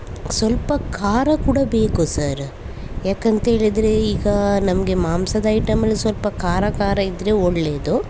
ಸ್ವಲ್ಪ ಖಾರ ಕೂಡ ಬೇಕು ಸರ ಯಾಕಂತೇಳಿದರೆ ಈಗ ನಮಗೆ ಮಾಂಸದ ಐಟಮಲ್ಲಿ ಸ್ವಲ್ಪ ಖಾರ ಖಾರ ಇದ್ದರೆ ಒಳ್ಳೇದು